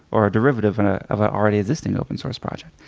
or a derivative and ah of an already existing open-source project.